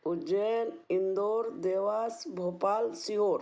Ujjain Indore Dewas Bhopal Sehore